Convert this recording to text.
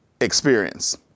experience